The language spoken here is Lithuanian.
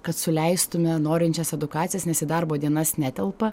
kad suleistumėme norinčias edukacijas nes į darbo dienas netelpa